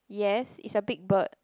yes it's a big bird